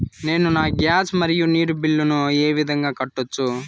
నేను నా గ్యాస్, మరియు నీరు బిల్లులను ఏ విధంగా కట్టొచ్చు?